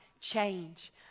change